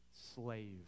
slave